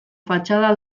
fatxada